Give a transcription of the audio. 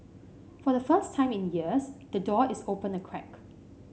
for the first time in years the door is open a crack